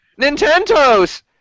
Nintendo's